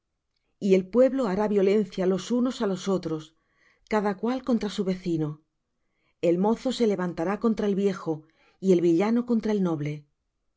y el pueblo hará violencia los unos á los otros cada cual contra su vecino el mozo se levantará contra el viejo y el villano contra el noble